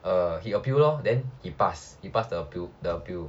err he appealed lor then he pass he pass the appeal the appeal